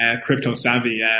crypto-savvy